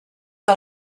que